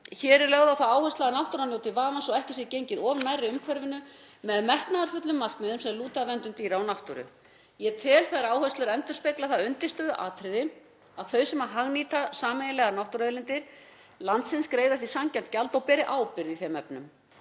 Hér er lögð á það áhersla að náttúran njóti vafans og ekki sé gengið of nærri umhverfinu með metnaðarfullum markmiðum sem lúta að verndun dýra og náttúru. Ég tel þær áherslur endurspegla það undirstöðuatriði að þau sem hagnýta sameiginlega náttúruauðlindir landsins greiði af því sanngjarnt gjald og beri ábyrgð í þeim efnum.